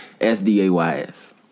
S-D-A-Y-S